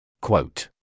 Quote